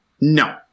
no